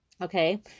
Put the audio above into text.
Okay